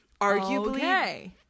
arguably